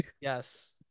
yes